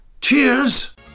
Cheers